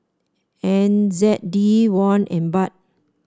N Z D Won and Baht